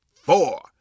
four